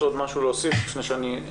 ביקשת להוסיף עוד משהו לפני שאני מסכם.